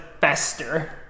fester